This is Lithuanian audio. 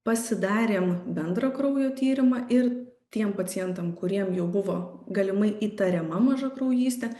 pasidarėm bendrą kraujo tyrimą ir tiem pacientam kuriem jau buvo galimai įtariama mažakraujystė